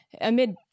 amid